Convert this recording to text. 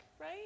right